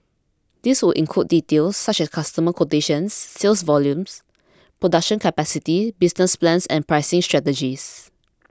this would include details such as customer quotations sales volumes production capacities business plans and pricing strategies